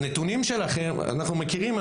אנחנו מכירים,